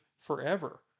forever